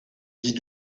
dis